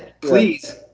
Please